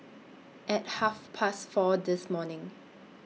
At Half Past four This morning